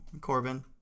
Corbin